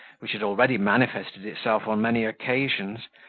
which had already manifested itself on many occasions,